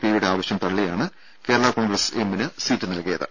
ഐയുടെ ആവശ്യം തള്ളിയാണ് കേരളാ കോൺഗ്രസ് എമ്മിന് സീറ്റ് നൽകിയത്